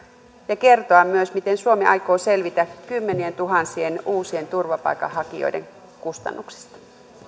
ja kertoa myös miten suomi aikoo selvitä kymmenientuhansien uusien turvapaikanhakijoiden kustannuksista